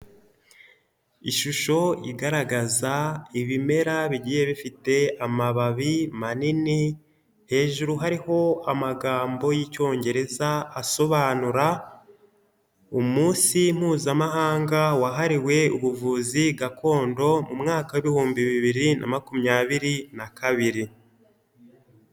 Ishusho igaragaza ibimera bigiye bifite amababi manini, hejuru hariho amagambo y'icyongereza asobanura "umunsi mpuzamahanga wahariwe ubuvuzi gakondo mu mwaka w'ibihumbi bibiri na makumyabiri na kabiri."